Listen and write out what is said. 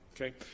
Okay